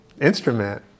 instrument